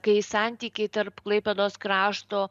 kai santykiai tarp klaipėdos krašto